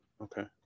Okay